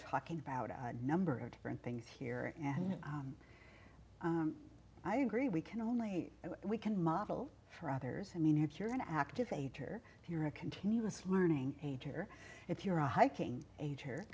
talking about a number of different things here and i agree we can only if we can model for others i mean if you're an active age or if you're a continuous learning age or if you're a hiking age